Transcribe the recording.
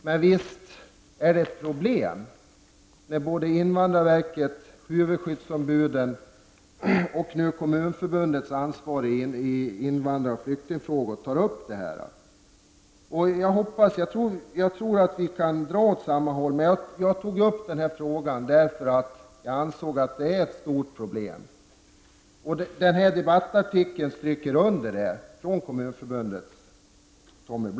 Men visst är det ett problem när både invandrarverket, huvudskyddsombuden och nu Kommunförbundets ansvarige för invandrar och flyktingfrågor tar upp saken på detta sätt. Jag tror att vi drar åt samma håll, men jag har alltså ställt denna interpellation därför att jag anser att vi här har ett stort problem, något som denna debattartikel av Kommunförbundets ansvarige Tommy Holm understryker.